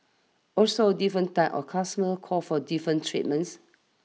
also different types our customers call for different treatments